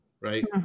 right